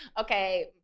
Okay